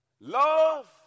Love